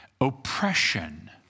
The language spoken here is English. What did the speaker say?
oppression